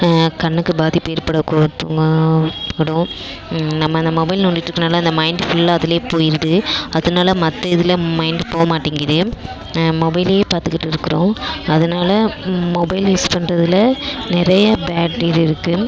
கண்ணுக்கு பாதிப்பு ஏற்படக்கூடுது படும் நம்ம அ மொபைல் நோண்டிகிட்ருக்குறனால அந்த மைண்ட் ஃபுல்லாக அதிலே போயிடுது அதனால மற்ற இதில் மைண்டு போக மாட்டேங்குது மொபைலிலே பார்த்துகிட்டுருக்குறோம் அதனால மொபைல் யூஸ் பண்ணுறதுல நிறையா பேட் இது இருக்குது